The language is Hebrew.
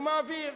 הוא מעביר,